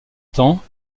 temps